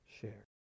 share